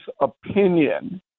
opinion